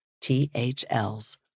THLs